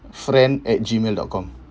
friend at gmail dot com